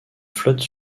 flotte